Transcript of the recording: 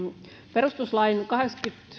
perustuslain kahdeksannenkymmenennen